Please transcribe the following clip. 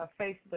Facebook